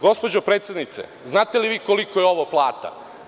Gospođo predsednice, znate li vi koliko je ovo plata?